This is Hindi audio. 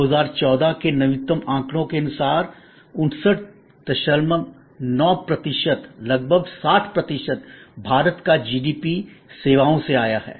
2014 के नवीनतम आंकड़ों के अनुसार 599 प्रतिशत लगभग 60 प्रतिशत भारत का जीडीपी सेवाओं से आया है